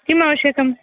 किम् आवश्यकं